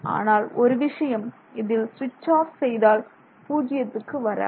ஆனால் ஒரு விஷயம் இதில் ஸ்விட்ச் ஆஃப் செய்தால் பூஜ்ஜியத்துக்கு வராது